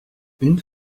une